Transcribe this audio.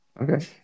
Okay